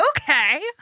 Okay